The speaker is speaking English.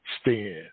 stand